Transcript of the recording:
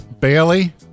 Bailey